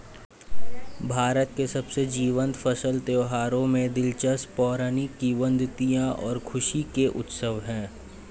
भारत के सबसे जीवंत फसल त्योहारों में दिलचस्प पौराणिक किंवदंतियां और खुशी के उत्सव है